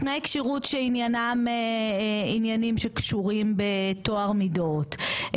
תנאי כשירות שעניינם עניינים שקשורים בטוהר מידות,